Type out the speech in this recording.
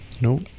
No